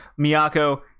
Miyako